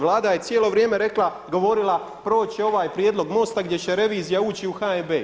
Vlada je cijelo vrijeme rekla, govorila proći će ovaj prijedlog MOST-a gdje će revizija ući u HNB.